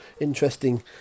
Interesting